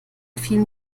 vielen